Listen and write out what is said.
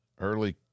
early